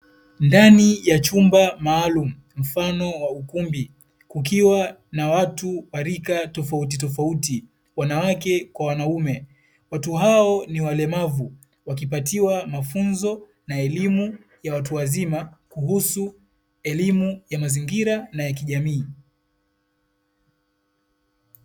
Ndani ya chumba maalumu mfano wa ukumbi, kukiwa na watu wa rika tofautitofauti wanawake kwa wanaume, watu hao ni walemavu wakipatiwa mafunzo na elimu ya watu wazima kuhusu elimu ya mazingira na ya kijamii.